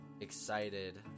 excited